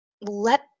let